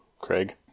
Craig